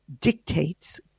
dictates